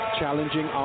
challenging